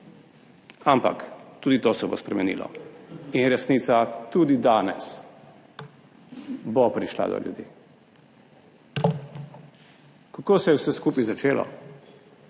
ampak tudi to se bo spremenilo in resnica, tudi danes, bo prišla do ljudi. Kako se je vse skupaj začelo?